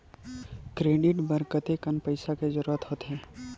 Credit बर कतेकन पईसा के जरूरत होथे?